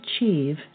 achieve